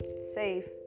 safe